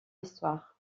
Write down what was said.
histoire